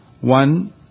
One